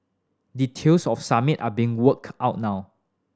details of summit are being work out now